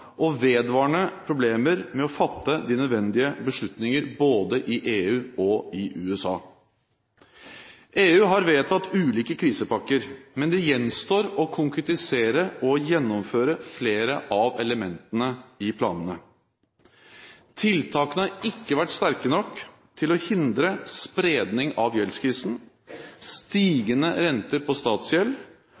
og vedvarende problemer med å fatte de nødvendige beslutninger både i EU og i USA EU har vedtatt ulike krisepakker, men det gjenstår å konkretisere og gjennomføre flere av elementene i planene. Tiltakene har ikke vært sterke nok til å hindre spredning av gjeldskrisen, stigende renter på statsgjeld